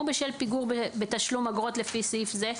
בשל פיגור בתשלום אגרות לפי סעיף זה,